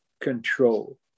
control